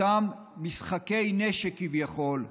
אותם משחקי נשק, כביכול,